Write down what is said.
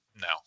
no